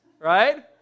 right